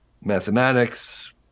mathematics